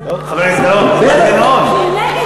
שהוא נגד, הוא חבר שלך, הוא אח שלך.